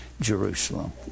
Jerusalem